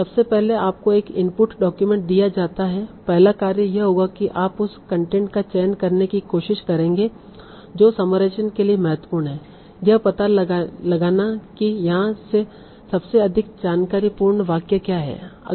सबसे पहले आपको एक इनपुट डॉक्यूमेंट दिया जाता है पहला कार्य यह होगा कि आप उस कंटेंट का चयन करने की कोशिश करेंगे जो समराइजेशेन के लिए महत्वपूर्ण है यह पता लगाना कि यहाँ से सबसे अधिक जानकारीपूर्ण वाक्य क्या हैं